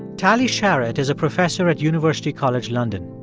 tali sharot is a professor at university college london.